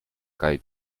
kaj